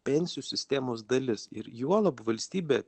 pensijų sistemos dalis ir juolab valstybė